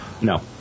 no